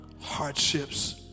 hardships